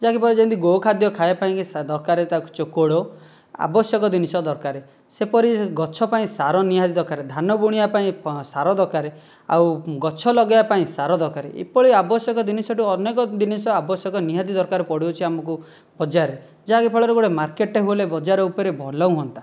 ଯାହାକି ଫଳରେ ଯେମିତି ଗୋ ଖାଦ୍ୟ ଖାଇବା ପାଇଁକି ଦରକାର ତାକୁ ଚୋକଡ଼ ଆବଶ୍ୟକ ଜିନିଷ ଦରକାର ସେପରି ଗଛ ପାଇଁ ସାର ନିହାତି ଦରକାର ଧାନ ବୁଣିବା ପାଇଁ ସାର ଦରକାର ଆଉ ଗଛ ଲଗେଇବା ପାଇଁ ସାର ଦରକାର ଏଭଳି ଆବଶ୍ୟକ ଜିନିଷଠୁ ଅନେକ ଜିନିଷ ଆବଶ୍ୟକ ନିହାତି ଦରକାର ପଡ଼ୁଅଛି ଆମକୁ ବଜାରର ଯାହାକି ଫଳରେ ଗୋଟିଏ ମାର୍କେଟଟିଏ ହେଲେ ବଜାର ଉପରେ ଭଲ ହୁଅନ୍ତା